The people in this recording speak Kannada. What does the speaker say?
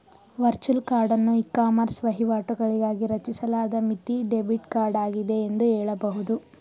ವರ್ಚುಲ್ ಕಾರ್ಡನ್ನು ಇಕಾಮರ್ಸ್ ವಹಿವಾಟುಗಳಿಗಾಗಿ ರಚಿಸಲಾದ ಮಿತಿ ಡೆಬಿಟ್ ಕಾರ್ಡ್ ಆಗಿದೆ ಎಂದು ಹೇಳಬಹುದು